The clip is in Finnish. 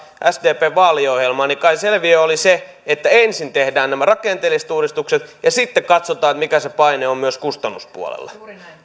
sdpn vaaliohjelmaan niin kai selviö oli se että ensin tehdään nämä rakenteelliset uudistukset ja sitten katsotaan mikä se paine on myös kustannuspuolella